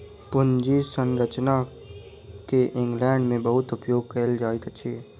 पूंजी संरचना के इंग्लैंड में बहुत उपयोग कएल जाइत अछि